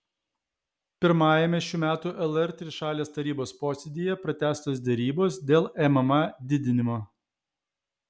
pirmajame šių metų lr trišalės tarybos posėdyje pratęstos derybos dėl mma didinimo